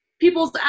people's